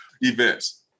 events